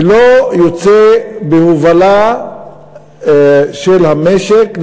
ולא יוצא בהובלה של המשק,